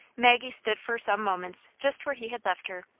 maggie stood for some moments just where he had left her,